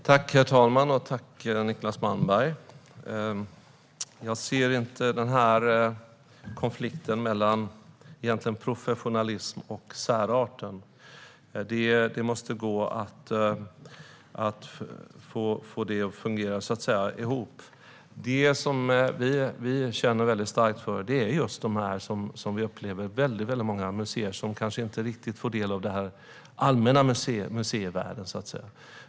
Herr talman! Jag ser inte konflikten mellan professionalism och särarten. Det måste gå att få det att fungera ihop, så att säga. Det vi känner starkt för är just de, som vi upplever det, väldigt många museer som kanske inte riktigt får del av den allmänna museivärlden.